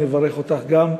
נברך אותך גם.